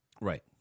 Right